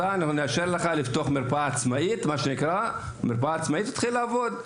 ונאשר לך לפתוח מרפאה עצמאית ותתחיל לעבוד.